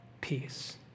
peace